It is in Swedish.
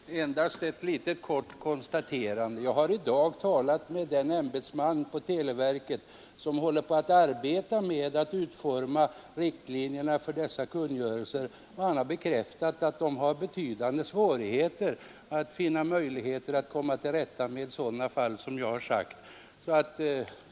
Herr talman! Bara ett litet kort konstaterande. Jag har i dag talat med den ämbetsman på televerket som håller på att utforma riktlinjerna enligt kungörelsen, och han har bekräftat att man där har betydande svårigheter med att komma till rätta med sådana fall som jag har givit exempel på.